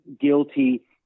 guilty